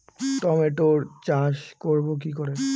টমেটোর চাষ করব কি করে?